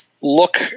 Look